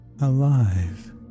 alive